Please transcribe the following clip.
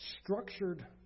structured